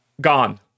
gone